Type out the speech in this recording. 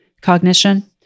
cognition